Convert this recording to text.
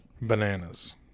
Bananas